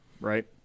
right